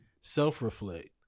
self-reflect